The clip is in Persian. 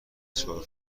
چهار